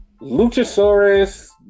Luchasaurus